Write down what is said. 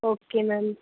okay ma'am